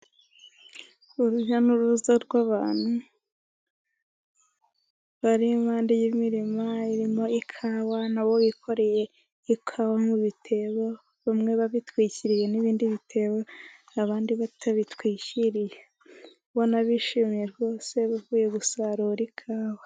Urujya n'uruza rw'abantu bari impande y'imirima irimo ikawa nabo bikoreye ikawa mu bitebo bamwe babitwikirije n'ibindi bitewo abandi batabitwikiriye bo bishimye rwose bavuye gusarura ikawa.